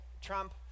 Trump